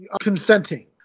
consenting